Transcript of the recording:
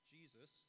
Jesus